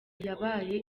iyabaye